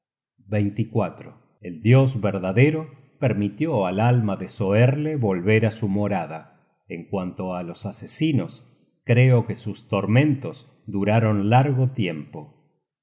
el dios verdadero permitió al alma de soerle volver á su morada en cuanto á los asesinos creo que sus tormentos duraron largo tiempo